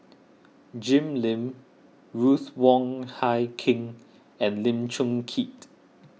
Jim Lim Ruth Wong Hie King and Lim Chong Keat